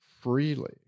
freely